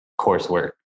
coursework